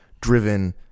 driven